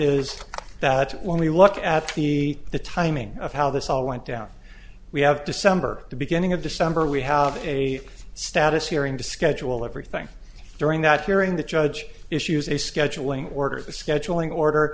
is that when we look at the the timing of how this all went down we have december the beginning of december we have a status hearing to schedule everything during that hearing the judge issues a scheduling order the scheduling order